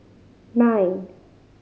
nine